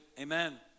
amen